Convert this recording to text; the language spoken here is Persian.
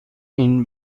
این